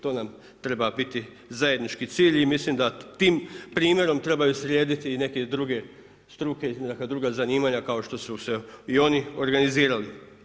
To nam treba biti zajednički cilj i mislim da tim primjerom trebaju slijediti i ne druge struke i neka druga zanimanja kao što su se i oni organizirali.